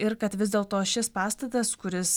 ir kad vis dėlto šis pastatas kuris